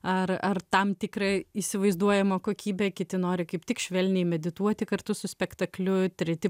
ar ar tam tikrą įsivaizduojamą kokybę kiti nori kaip tik švelniai medituoti kartu su spektakliu treti